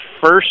first